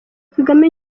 kagame